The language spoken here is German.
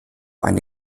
eine